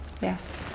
Yes